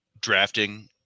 drafting